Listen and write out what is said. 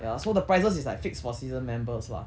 ya so the prices is like fixed for season members lah